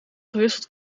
gewisseld